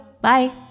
Bye